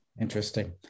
interesting